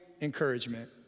encouragement